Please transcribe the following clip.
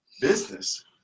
business